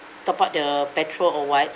top up the petrol or what